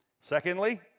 Secondly